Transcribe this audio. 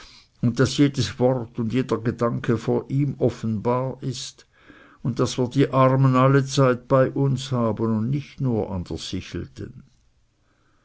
und daß jedes wort und jeder gedanke vor ihm offenbar ist und daß wir die armen allezeit bei uns haben und nicht nur an der sichelten